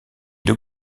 deux